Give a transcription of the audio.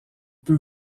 peu